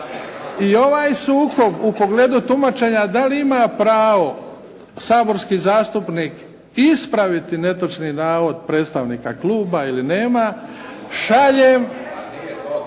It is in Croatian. I ovaj sukob u pogledu tumačenja da li ima pravo saborski zastupnik ispraviti netočni navod predstavnika kluba ili nema šaljem